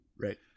Right